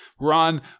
Ron